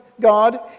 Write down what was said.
God